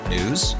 News